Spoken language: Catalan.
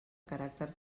caràcter